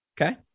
Okay